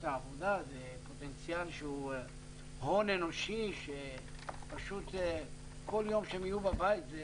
העבודה הוא הון אנושי שפשוט כל יום שהם יהיו בבית זה,